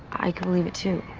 i could believe it, too.